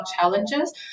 challenges